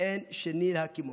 ואין שני להקימו".